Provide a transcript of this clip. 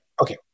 Okay